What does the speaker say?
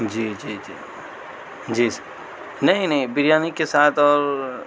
جی جی جی جی سر نہیں نہیں بریانی کے ساتھ اور